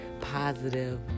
positive